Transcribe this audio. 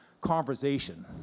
conversation